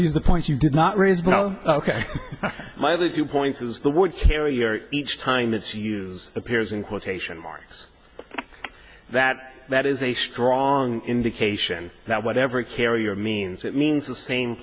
these the points you did not raise no ok my other two points is the word carrier each time its use appears in quotation marks that that is a strong indication that whatever carrier means it means the same